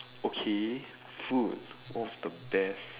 okay food what's the best